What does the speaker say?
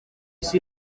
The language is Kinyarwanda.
isi